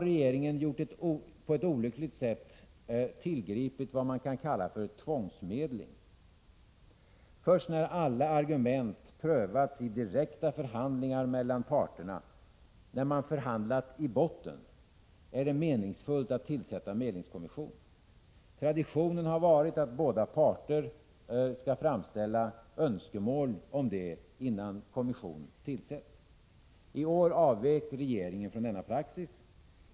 Regeringen har på ett olyckligt sätt tillgripit vad man kan kalla tvångsmedling. Först när alla argument prövats i direkta förhandlingar mellan parterna, när man förhandlat i botten, är det meningsfullt att tillsätta en medlingskommission. Traditionen har varit att båda parter skall framställa önskemål om det innan kommission tillsätts. I år avvek regeringen från denna praxis.